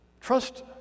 Trust